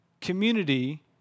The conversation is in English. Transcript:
community